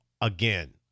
again